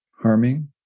harming